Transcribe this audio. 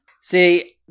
See